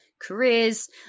careers